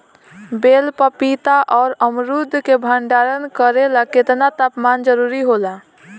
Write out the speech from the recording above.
बेल पपीता और अमरुद के भंडारण करेला केतना तापमान जरुरी होला?